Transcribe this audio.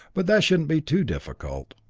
but that shouldn't be too difficult.